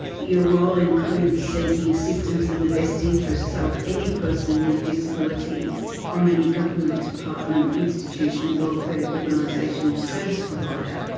your role includes seeking assistance in the best interests of any person with disability from any government department, institution, welfare organisation or service provider.